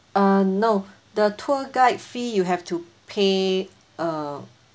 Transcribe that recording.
uh no the tour guide fee you have to pay uh